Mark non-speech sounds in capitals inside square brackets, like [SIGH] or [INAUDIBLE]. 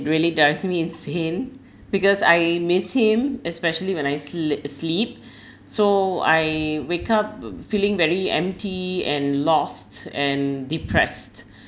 really drives me insane because I miss him especially when I slee~ sleep [BREATH] so I wake up um feeling very empty and lost and depressed